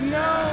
no